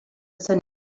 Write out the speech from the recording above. sant